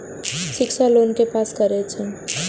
शिक्षा लोन के पास करें छै?